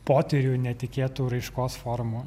potyrių netikėtų raiškos formų